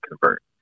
convert